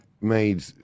made